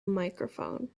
microphone